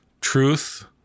truth